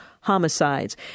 homicides